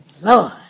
Lord